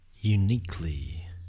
uniquely